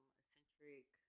eccentric